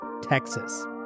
Texas